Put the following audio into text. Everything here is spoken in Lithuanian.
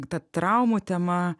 ta traumų tema